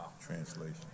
Translation